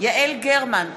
יעל גרמן,